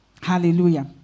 Hallelujah